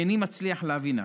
ואיני מצליח להבינה.